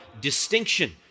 distinction